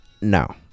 No